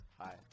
Hi